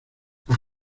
las